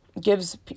gives